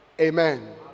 Amen